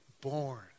born